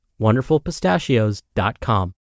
WonderfulPistachios.com